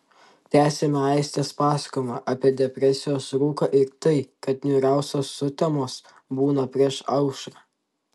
tęsiame aistės pasakojimą apie depresijos rūką ir tai kad niūriausios sutemos būna prieš aušrą